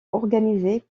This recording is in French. organisés